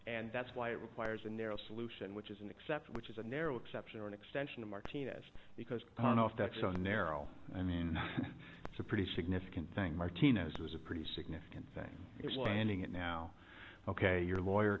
and that's why it requires a narrow solution which is an exception which is a narrow exception or an extension of martinez because i don't know if that's so narrow i mean it's a pretty significant thank martinez is a pretty significant thing because landing it now ok your lawyer